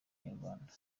inyarwanda